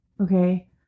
Okay